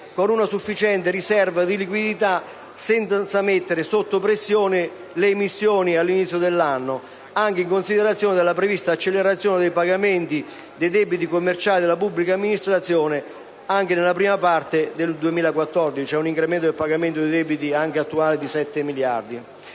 con una sufficiente riserva di liquidità, senza mettere sotto pressione le emissioni all'inizio dell'anno, anche in considerazione della prevista accelerazione dei pagamenti dei debiti commerciali della pubblica amministrazione nella prima parte del 2014 (si prevede un incremento dei pagamenti dei debiti, anche quelli attuali, di